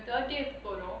thirteenth போறோம்:porom